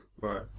Right